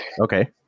Okay